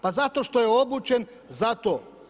Pa zato što je obučen za to.